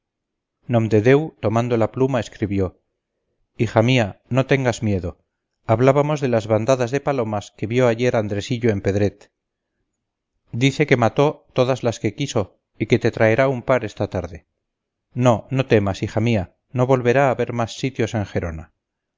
tomando la pluma escribió hija mía no tengas miedo hablábamos de las bandadas de palomas que vio ayer andresillo en pedret dice que mató todas las que quiso y que te traerá un par esta tarde no no temas hija mía no volverá a haber más sitios en gerona